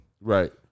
Right